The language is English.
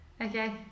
Okay